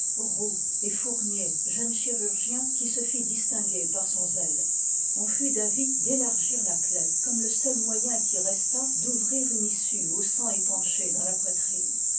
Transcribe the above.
et fournier jeune chirurgien qui se fit distinguer par son zèle on fut d'avis d'élargir la plaie comme le seul moyen qui restât d'ouvrir une issue au sang épanché dans la poitrine